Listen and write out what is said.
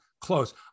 close